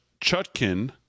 Chutkin